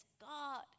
god